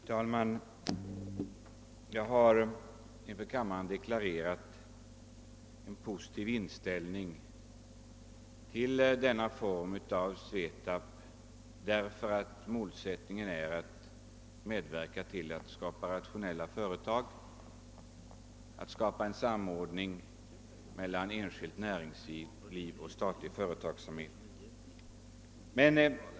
Herr talman! Jag har inför kammaren deklarerat en positiv inställning till den nya form som SVETAB föreslås få, emedan målsättningen är att medverka till att skapa rationella företag och åstadkomma en samordning mellan enskilt näringsliv och statlig företagsamhet.